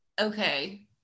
Okay